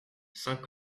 saint